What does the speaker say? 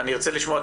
אני ארצה לשמוע גם